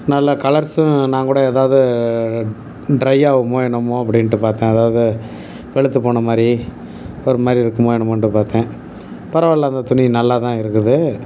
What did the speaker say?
நல்ல கலர்ஸும் நான் கூட ஏதாவது ட்ரையாவுமோ என்னமோ அப்படின்ட்டு பார்த்தேன் அதாவது வெளுத்துப் போன மாதிரி ஒரு மாதிரி இருக்குமோ என்னமோன்ட்டு பார்த்தேன் பரவாயில்லை அந்தத் துணி நல்லா தான் இருக்குது